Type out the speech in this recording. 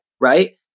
Right